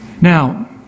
Now